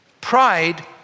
Pride